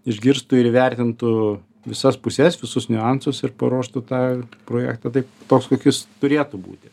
išgirstų ir įvertintų visas puses visus niuansus ir paruoštų tą projektą taip toks kokius turėtų būti